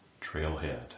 trailhead